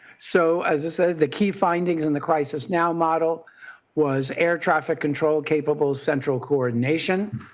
so as i said, the key findings in the crisis now model was air traffic control capable central coordination,